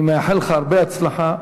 אני מאחל לך הרבה הצלחה,